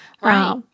right